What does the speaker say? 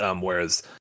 whereas